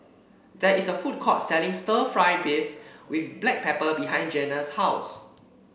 there is a food court selling stir fry beef with Black Pepper behind Jeanna's house